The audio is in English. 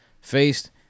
faced